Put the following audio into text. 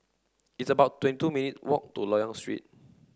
it's about twenty two minutes' walk to Loyang Street